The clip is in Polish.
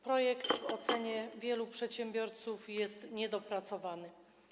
Projekt w ocenie wielu przedsiębiorców jest niedopracowany.